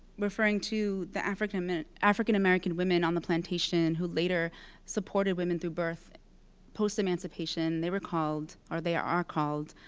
referring to the african-american african-american women on the plantation, who later supported women through birth post emancipation. they were called, or they are called,